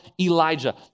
Elijah